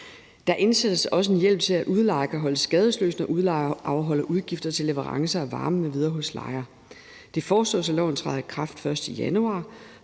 Der indsættes også en hjemmel til, at udlejer kan holdes skadesløs, når udlejer afholder udgifter til leverancer af varme m.v. hos lejer. Det foreslås, at loven træder i kraft den 1. januar.